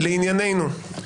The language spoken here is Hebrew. לענייננו.